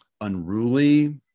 unruly